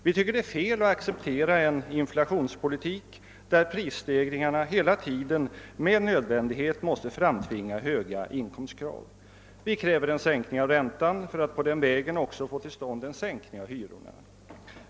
Vi tycker det är fel att acceptera en inflationspolitik som innebär prisstegringar som hela tiden med nödvändighet framtvingar höga inkomstkrav. Vi kräver en sänkning av räntan för att på den vägen också få till stånd en sänkning av hyrorna.